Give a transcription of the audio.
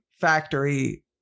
factory